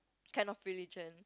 kind of religion